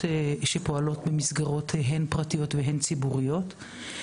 שפועלות במסגרות הן פרטיות והן ציבוריות.